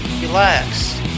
relax